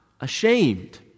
ashamed